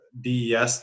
DES